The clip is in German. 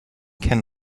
kennen